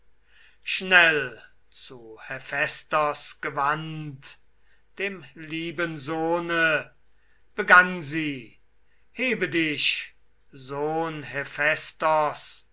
schnell zu hephästos gewandt dem lieben sohne begann sie halt mein sohn